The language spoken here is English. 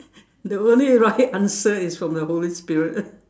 the only right answer is from the holy spirit